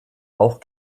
auch